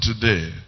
today